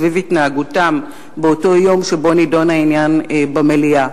סביב התנהלותם באותו יום שבו נדון העניין במליאה.